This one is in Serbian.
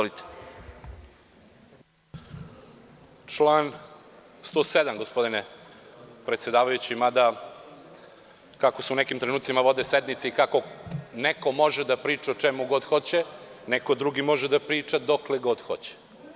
Član 107. gospodine predsedavajući, mada kako se u nekim trenucima vode sednice i kako neko može da priča o čemu god hoće, neko drugi može da priča dokle god hoće.